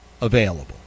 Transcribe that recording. available